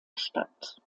statt